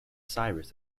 cyrus